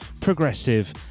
progressive